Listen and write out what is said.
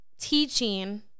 teaching